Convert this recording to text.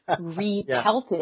repelted